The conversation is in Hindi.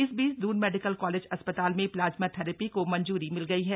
इस बीच दून मेडिकल कॉलेज अस्पताल में प्लाज्मा थेरेपी को मंजूरी मिल गई है